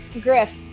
Griff